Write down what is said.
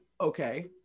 okay